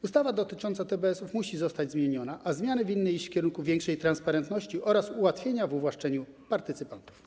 Ustawa dotycząca TBS-ów musi zostać zmieniona, a zmiany winny iść w kierunku większej transparentności oraz ułatwień w uwłaszczaniu partycypantów.